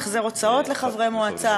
החזר הוצאות לחברי מועצה